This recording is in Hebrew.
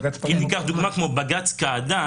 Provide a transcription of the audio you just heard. בג"ץ --- אם ניקח דוגמה כמו בג"ץ קעדאן,